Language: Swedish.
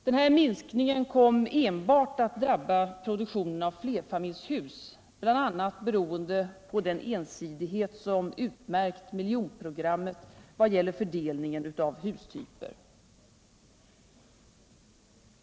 Denna minskning kom enbart att drabba produktionen av flerfamiljshus, bl.a. beroende på den ensidighet som utmärkt miljonprogrammet vad gällde fördelningen på hustyper.